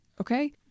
Okay